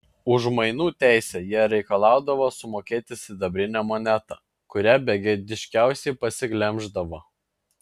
už mainų teisę jie reikalaudavo sumokėti sidabrinę monetą kurią begėdiškiausiai pasiglemždavo